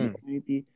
Community